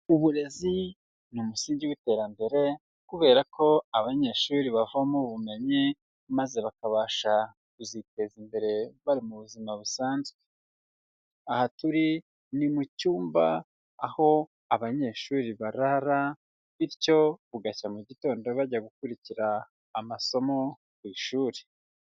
Uburezi ni umusingi w'iterambere, kubera ko abanyeshuri bavomo ubumenyi maze bakabasha kuziteza imbere bari mu buzima busanzwe, aha turi ni mu cyumba aho abanyeshuri barara bityo bugacya mu gitondo bajya gukurikira amasomo ku ishuri.